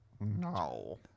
No